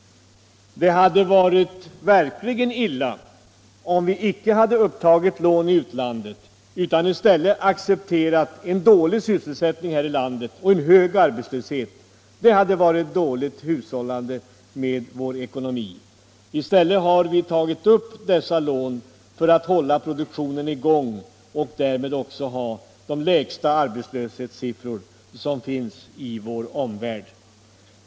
Det hade varit verkligt illa, om vi inte hade tagit upp lån i utlandet utan i stället hade accepterat en dålig sysselsättning och hög arbetslöshet här i landet. Det hade varit dålig hushållning med vår ekonomi. I stället har vi tagit upp lån för att hålla produktionen i gång och därmed har vi haft betydligt lägre arbetslöshetssiffror än något annat land i vår omvärld.